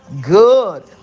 good